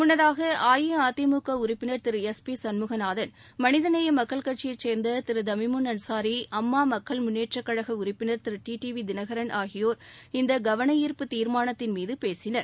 முன்னதாக அஇஅதிமுக உறுப்பினர் Thiru S P Shanmuganathan மனிதநேய மக்கள் கட்சியை சேர்ந்த திரு தமிமுன் அன்சாரி அம்மா மக்கள் முன்னேற்றக் கழக உறுப்பினர் திரு டிடிவி தினகரன் ஆகியோர் இந்த கவனார்ப்பு தீர்மானத்தின் மீது பேசினார்கள்